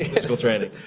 physical training?